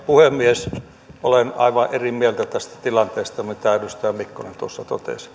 puhemies olen aivan eri mieltä tästä tilanteesta kuin edustaja mikkonen tuossa